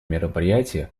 мероприятие